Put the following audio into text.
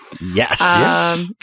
yes